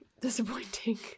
disappointing